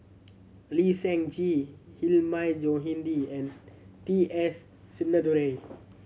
Lee Seng Gee Hilmi Johandi and T S Sinnathuray